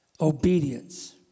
Obedience